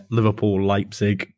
Liverpool-Leipzig